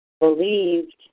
believed